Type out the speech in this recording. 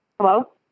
Hello